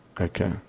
Okay